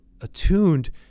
attuned